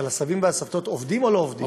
הסבים והסבתות עובדים או לא עובדים?